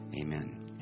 Amen